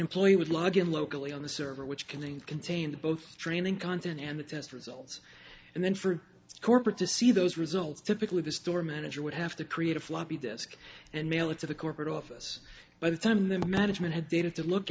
employee would log in locally on the server which can then contain the both training content and the test results and then for corporate to see those results typically the store manager would have to create a floppy disk and mail it to the corporate office by the time the management had data to look